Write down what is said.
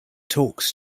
talks